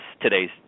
today's